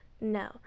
no